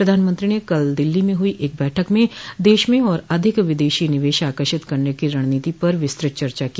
प्रधानमंत्री ने कल दिल्ली में हुई एक बैठक में देश में और अधिक विदेशी निवेश आकर्षित करने की रणनीति पर विस्तृत चर्चा की